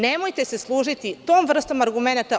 Nemojte se služiti tom vrstom argumenata.